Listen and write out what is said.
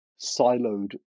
siloed